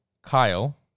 Kyle